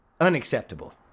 unacceptable